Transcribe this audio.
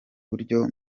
buryo